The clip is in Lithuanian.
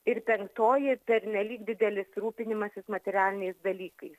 ir penktoji pernelyg didelis rūpinimasis materialiniais dalykais